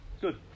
good